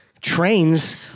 trains